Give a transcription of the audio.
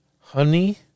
Honey